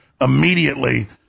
immediately